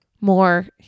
more